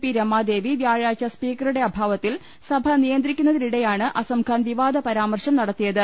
P Ramadevi വ്യാഴാഴ്ച സ്പീക്കറുടെ അഭാവത്തിൽ സഭ നിയന്ത്രിക്കുന്നതിനിടെയാണ് അസം ഖാൻ വിവാദപരാമർശം നടത്തിയത്